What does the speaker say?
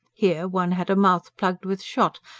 here, one had a mouth plugged with shot,